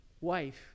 wife